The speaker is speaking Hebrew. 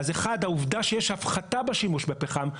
העובדה שיש הפחתה בשימוש בפחם,